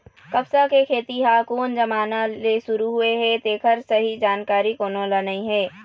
कपसा के खेती ह कोन जमाना ले सुरू होए हे तेखर सही जानकारी कोनो ल नइ हे